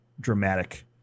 dramatic